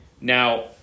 Now